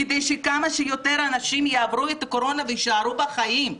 כדי שכמה שיותר אנשים יעברו את הקורונה ויישארו בחיים.